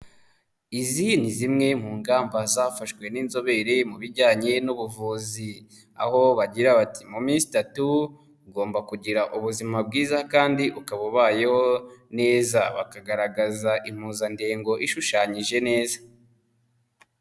Izi ni zimwe mu ngamba zafashwe n'inzobere mu bijyanye n'ubuvuzi, aho bagira bati mu minsi itatu ugomba kugira ubuzima bwiza kandi ukaba ubayeho neza bakagaragaza impuzandengo ishushanyije neza.